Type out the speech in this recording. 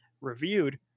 reviewed